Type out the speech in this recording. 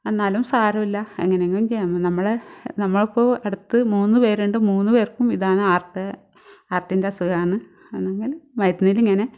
എന്നാലും സാരമില്ല എങ്ങനെയെങ്കിലും ചെയ്യാം നമ്മടെ നമ്മൾക്ക് അടുത്ത് മൂന്ന് പേരുണ്ട് മൂന്ന് പേർക്കും ഇതാണ് ഹാർട്ട് ഹാർട്ടിൻ്റെ അസുഖമാണ് ഇങ്ങനെ മരുന്നിൽ ഇങ്ങനെ